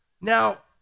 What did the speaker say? Now